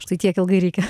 štai tiek ilgai reikia